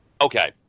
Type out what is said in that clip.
okay